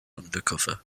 undercover